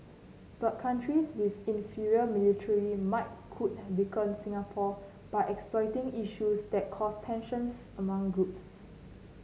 but countries with inferior military might could weaken Singapore by exploiting issues that cause tensions among groups